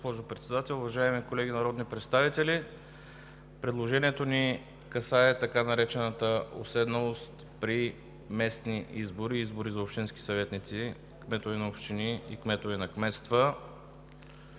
госпожо Председател. Уважаеми колеги народни представители! Предложението ни касае така наречената „уседналост“ при местни избори – избори за общински съветници, кметове на общини и кметове на кметства.